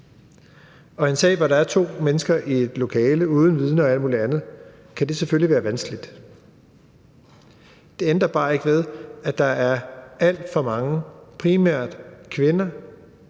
Og i en sag, hvor der er to mennesker i et lokale uden vidner og alt mulig andet, kan det selvfølgelig være vanskeligt. Det ændrer bare ikke ved, at der er alt for mange, primært kvinder,